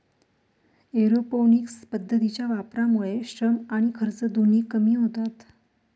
aeroponics पद्धतीच्या वापरामुळे श्रम आणि खर्च दोन्ही कमी होतात